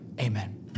Amen